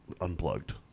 unplugged